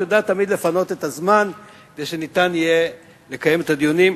שידעה תמיד לפנות את הזמן כדי שיהיה אפשר לקיים את הדיון,